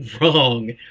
wrong